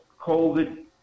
COVID